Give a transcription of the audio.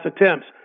attempts